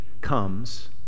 comes